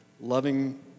loving